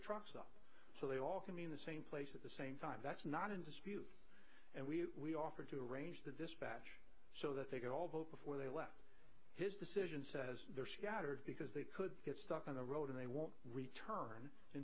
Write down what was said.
trucks up so they all can be in the same place at the same time that's not in dispute and we offered to arrange the dispatch so that they could all vote before they left his decision says they're scattered because they could get stuck on the road and they won't return in